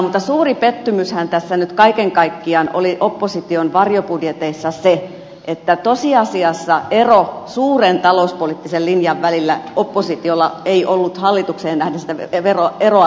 mutta suuri pettymyshän tässä nyt kaiken kaikkiaan oli opposition varjobudjeteissa se että tosiasiassa eroa suuren talouspoliittisen linjan välillä oppositiolla ei ollut hallitukseen nähden sitä eroa ei siis ollut